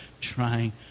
trying